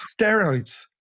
steroids